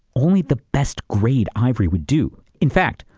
only the best grade ivory would do. in fact,